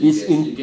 it's in